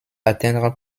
atteindre